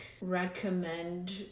recommend